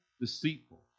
deceitful